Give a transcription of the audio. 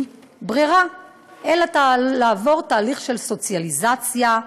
ברירה אלא לעבור תהליך של סוציאליזציה,